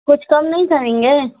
कुछ कम नहीं करेंगे